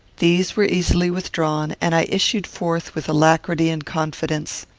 these were easily withdrawn, and i issued forth with alacrity and confidence.